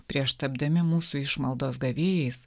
prieš tapdami mūsų išmaldos gavėjais